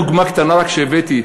דוגמה קטנה שהבאתי,